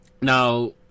Now